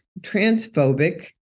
transphobic